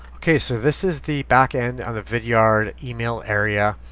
okay. so this is the back end of the vidyard email area.